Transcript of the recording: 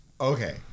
Okay